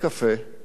הוא אומר: תגיד.